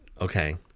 Okay